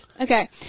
Okay